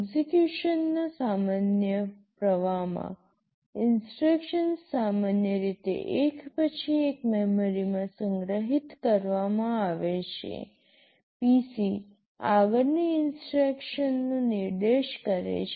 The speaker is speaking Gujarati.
એક્સેકયુશનના સામાન્ય પ્રવાહમાં ઇન્સટ્રક્શન્સ સામાન્ય રીતે એક પછી એક મેમરીમાં સંગ્રહિત કરવામાં આવે છે PC આગળની ઇન્સટ્રક્શનનો નિર્દેશ કરે છે